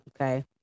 Okay